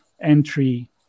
entry